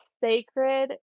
sacred